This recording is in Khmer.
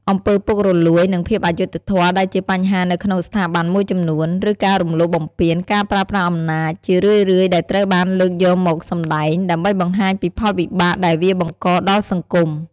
អំពើពុករលួយ និងភាពអយុត្តិធម៌ដែរជាបញ្ហានៅក្នុងស្ថាប័នមួយចំនួន ឬការរំលោភបំពាន ការប្រើប្រាស់អំណាច ជារឿយៗដែលត្រូវបានលើកយកមកសម្តែង ដើម្បីបង្ហាញពីផលវិបាកដែលវាបង្កដល់សង្គម ។